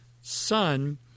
son